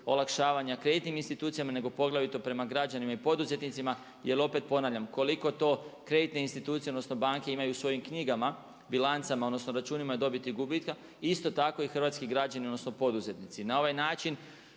olakšavanja kreditnim institucijama nego poglavito prema građanima i poduzetnicima jel opet ponavljam, koliko to kreditne institucije odnosno banke imaju u svojim knjigama bilancama odnosno računima dobiti i gubitka, isto tako i hrvatski građani odnosno poduzetnici.